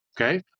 okay